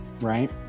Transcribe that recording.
right